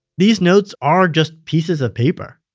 these notes are just pieces of paper.